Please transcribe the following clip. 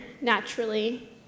naturally